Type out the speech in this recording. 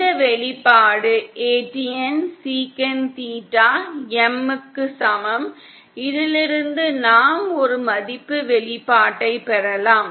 இந்த வெளிப்பாடு ATN சீகன் தீட்டா M க்கு சமம் இதிலிருந்து நாம் ஒரு மதிப்பு வெளிப்பாட்டை பெறலாம்